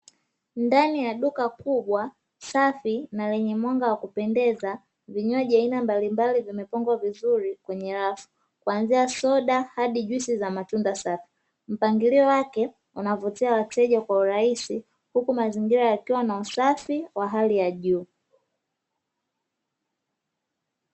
Ndani ni ya duka kubwa safi na lenye mwanga wa kupendeza, vinywaji aina mbalimbali vimepangwa vizuri kwenye rafu, kuanzia soda hadi juisi za matunda safi, mpangilio wake unavutia wateja kwa urahisi huku mazingira yakiwa na usafi wa hali ya juu.